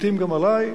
לעתים גם עלי,